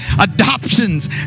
Adoptions